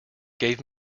gave